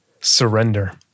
surrender